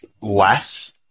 less